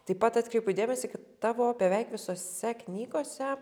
taip pat atkreipiu dėmesį kad tavo beveik visose knygose